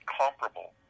comparable